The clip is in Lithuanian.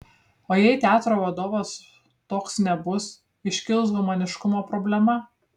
o jei teatro vadovas toks nebus iškils humaniškumo problema